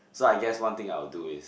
so I guess one thing I will do is